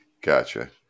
Gotcha